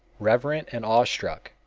reverent and awestruck,